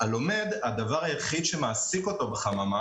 הדבר היחיד שמעסיק את הלומד